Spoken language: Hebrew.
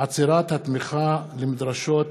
עצירת התמיכה למדרשת